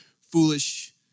foolish